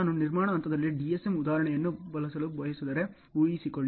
ನಾನು ನಿರ್ಮಾಣ ಹಂತದಲ್ಲಿ ಡಿಎಸ್ಎಂ ಉದಾಹರಣೆಯನ್ನು ಬಳಸಲು ಬಯಸಿದರೆ ಊಹಿಸಿಕೊಳ್ಳಿ